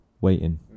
Waiting